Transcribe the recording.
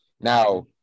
Now